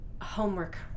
homework